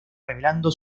revelando